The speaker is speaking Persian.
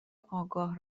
آگاه